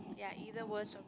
ya either worst or